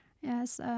Yes